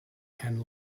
and